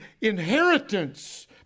inheritance